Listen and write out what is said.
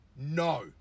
no